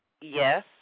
yes